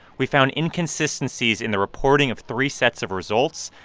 we found inconsistencies in the reporting of three sets of results.